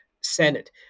Senate